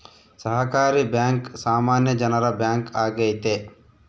ಸಹಕಾರಿ ಬ್ಯಾಂಕ್ ಸಾಮಾನ್ಯ ಜನರ ಬ್ಯಾಂಕ್ ಆಗೈತೆ